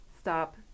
stop